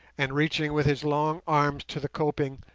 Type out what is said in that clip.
and, reaching with his long arms to the coping,